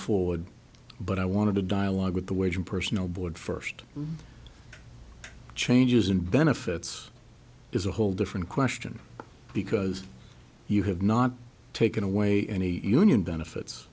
forward but i want to dialogue with the wage and personnel board first changes in benefits is a whole different question because you have not taken away any union benefits